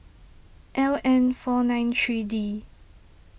L N four nine three D